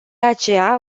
aceea